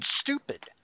stupid